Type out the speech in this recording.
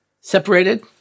separated